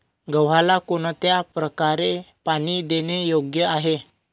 गव्हाला कोणत्या प्रकारे पाणी देणे योग्य आहे?